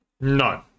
No